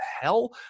hell